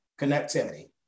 connectivity